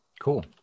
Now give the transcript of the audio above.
Cool